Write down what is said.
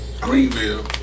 Greenville